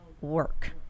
work